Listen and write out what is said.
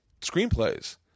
screenplays